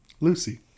Lucy